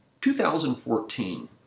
2014